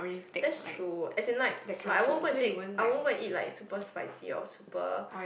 that's true as in like like I won't go and take I won't go and eat like super spicy or super